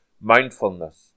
Mindfulness